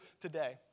today